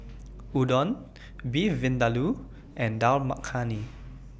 Udon Beef Vindaloo and Dal Makhani